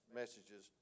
messages